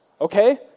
okay